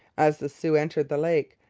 as the sioux entered the lake,